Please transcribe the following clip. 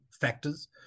factors